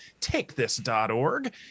TakeThis.org